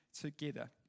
together